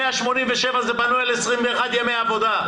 וזה בנוי על 21 ימי עבודה,